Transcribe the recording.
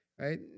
right